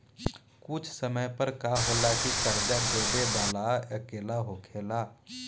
कुछ जगह पर का होला की कर्जा देबे वाला अकेला होखेला